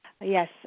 Yes